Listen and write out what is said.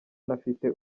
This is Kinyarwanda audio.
ntafite